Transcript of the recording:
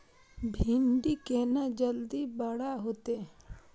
भिंडी केना जल्दी बड़ा होते?